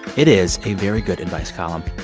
it is a very good advice column